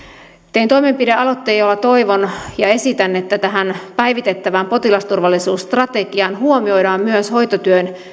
tein toimenpidealoitteen jolla esitän että tässä päivitettävässä potilasturvallisuusstrategiassa huomioidaan myös hoitotyön